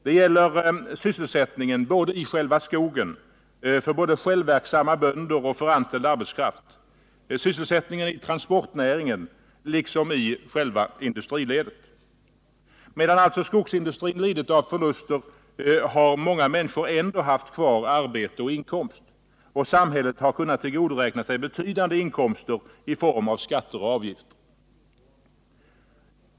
Det gäller sysselsättningen i skogen, för både självverksamma bönder och anställd arbetskraft, och i transportnäringen, liksom i själva industriledet. Medan alltså skogsindustrin lidit av förluster har många människor ändå haft kvar arbete och inkomst, och samhället har kunnat tillgodoräkna sig betydande inkomster i form av skatter och avgifter.